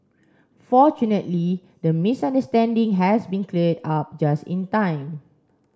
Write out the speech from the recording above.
fortunately the misunderstanding has been cleared up just in time